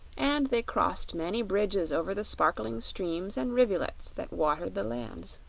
and they crossed many bridges over the sparkling streams and rivulets that watered the lands.